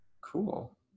cool